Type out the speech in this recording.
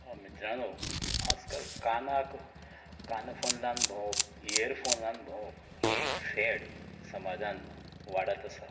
मित्रांनो आयजकाल कानाक कान फोन लावन भोंवप इयरफोनान भोंवप हें एक सॅड समाजांत वाडत आसा